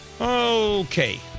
Okay